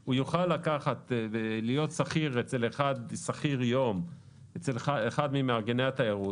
הוא יוכל להיות שכיר יום אצל אחד ממארגני התיירות